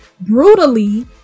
brutally